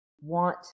want